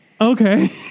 okay